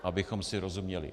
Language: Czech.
Abychom si rozuměli.